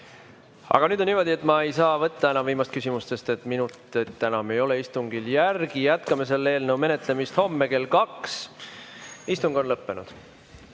Aga nüüd on niimoodi, et ma ei saa võtta enam viimast küsimust, sest minutit enam ei ole istungit järel. Jätkame selle eelnõu menetlemist homme kell kaks. Istung on lõppenud.